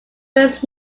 his